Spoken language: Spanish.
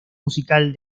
musical